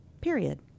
period